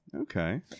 Okay